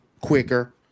quicker